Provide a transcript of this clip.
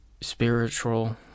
spiritual